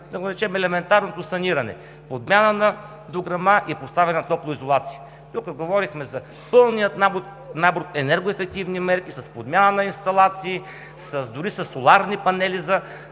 елементарното саниране – подмяна на дограма и поставяне на топлоизолация. Тук говорихме за пълния набор енергоефективни мерки с подмяна на инсталации, дори със соларни панели за